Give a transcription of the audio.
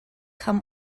һәм